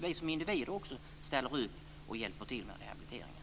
Vi som individer måste också ställa upp och hjälpa till med rehabiliteringen.